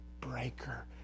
breaker